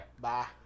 bye